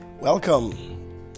welcome